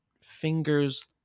fingers